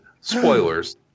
Spoilers